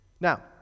Now